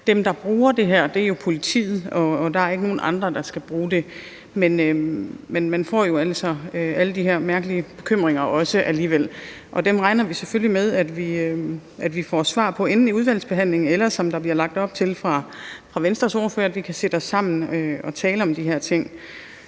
dem, der bruger det her, er politiet, og at der ikke er nogen andre, der skal bruge det, men man får jo alligevel alle de her mærkelige bekymringer. Dem regner vi selvfølgelig med at vi får svar på, enten i udvalgsbehandlingen eller, som der bliver lagt op til fra Venstres ordførers side, i forbindelse med at vi kan sætte os sammen og tale om de her ting.